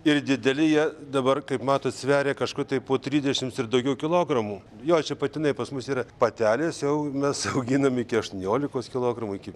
ir dideli jie dabar kaip matot sveria kažkur tai po trisdešimt ir daugiau kilogramų jo čia patinai pas mus yra patelės jau mes auginam iki aštuoniolikos kilogramų iki